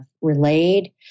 relayed